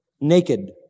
naked